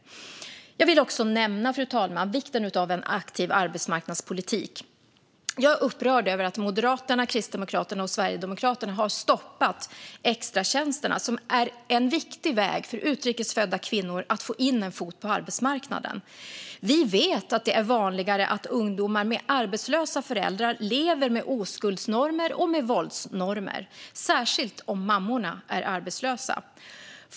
Jag vill också nämna vikten av en aktiv arbetsmarknadspolitik. Jag är upprörd över att Moderaterna, Kristdemokraterna och Sverigedemokraterna har stoppat extratjänsterna som är en viktig väg för utrikesfödda kvinnor att få in en fot på arbetsmarknaden. Vi vet att det är vanligare att ungdomar med arbetslösa föräldrar lever med oskuldsnormer och med våldsnormer, särskilt om mammorna är arbetslösa.